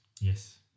Yes